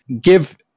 give